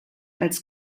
als